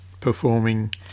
performing